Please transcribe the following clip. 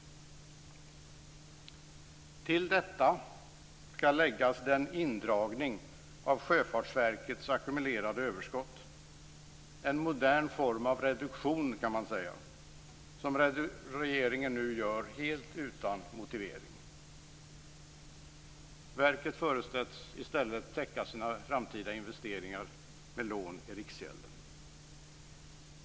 Till detta skall läggas den indragning av Sjöfartsverkets ackumulerade överskott, en modern form av reduktion, kan man säga, som regeringen nu gör helt utan motivering. Verket förutsätts i stället täcka sina framtida investeringar med lån i Riksgälden.